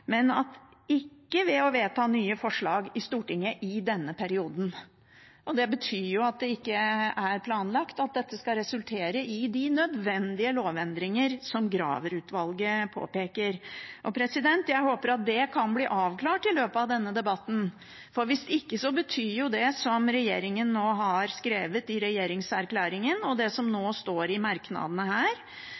men ikke ved å vedta nye forslag i Stortinget i denne perioden. Det betyr jo at det ikke er planlagt at dette skal resultere i de nødvendige lovendringene som Graver-utvalget påpeker. Jeg håper at det kan bli avklart i løpet av denne debatten, for hvis ikke betyr jo det som regjeringen har sagt i regjeringsplattformen, og det som nå står i merknadene